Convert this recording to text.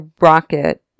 rocket